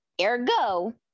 ergo